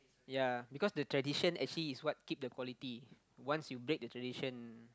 ya because the tradition actually is what keep the quality once you break the tradition